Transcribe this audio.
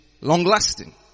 long-lasting